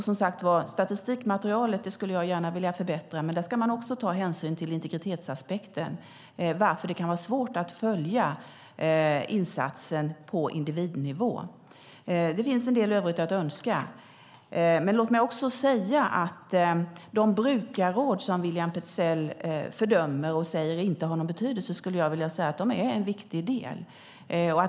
Som sagt skulle jag gärna vilja förbättra statistikmaterialet, men där ska man också ta hänsyn till integritetsaspekten, varför det kan vara svårt att följa insatsen på individnivå. Det finns en del övrigt att önska, men låt mig också säga att de brukarråd som William Petzäll fördömer och säger inte har någon betydelse är en viktig del.